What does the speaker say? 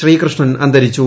ശ്രീകൃഷ്ണൻ അന്തരിച്ചു